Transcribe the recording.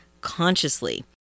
consciously